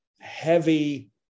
heavy